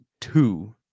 two